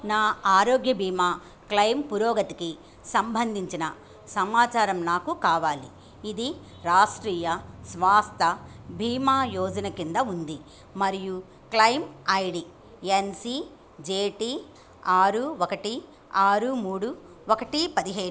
నా ఆరోగ్య భీమా క్లెయిమ్ పురోగతికి సంబంధించిన సమాచారం నాకు కావాలి ఇది రాష్ట్రీయ స్వాస్థ భీమా యోజన కింద ఉంది మరియు claim I D N C J T ఆరు ఒకటి ఆరు మూడు ఒకటి ఐదు